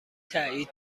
تایید